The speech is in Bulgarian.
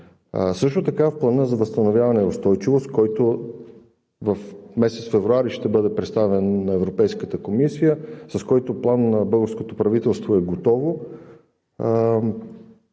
Също така в Плана за възстановяване и устойчивост, който през месец февруари ще бъде представен на Европейската комисия, с който план българското правителство е готово